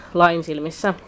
lainsilmissä